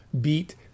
beat